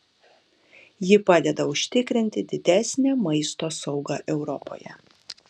ji padeda užtikrinti didesnę maisto saugą europoje